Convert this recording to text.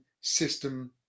system